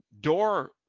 door